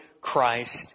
Christ